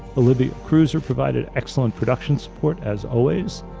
olivia cruiser provided excellent production support, as always,